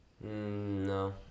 no